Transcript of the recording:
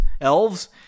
elves